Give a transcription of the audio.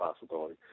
possibility